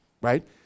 right